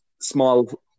small